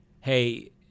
hey